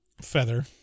feather